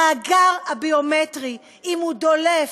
המאגר הביומטרי, אם הוא דולף,